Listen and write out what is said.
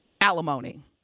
alimony